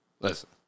Listen